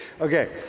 Okay